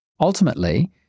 Ultimately